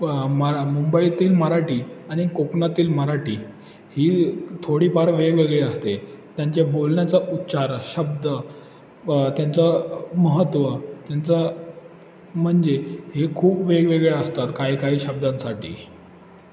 मरा मुंबईतील मराठी आणि कोकणातील मराठी ही थोडीफार वेगवेगळी असते त्यांचे बोलण्याचं उच्चार शब्द त्यांचं महत्त्व त्यांचं म्हणजे हे खूप वेगवेगळे असतात काही काही शब्दांसाठी